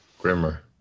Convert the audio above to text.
Grimmer